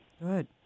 Good